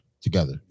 together